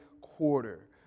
quarter